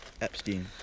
Epstein